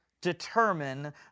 determine